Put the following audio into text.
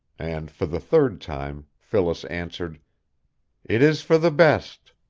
and for the third time phyllis answered it is for the best.